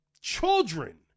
children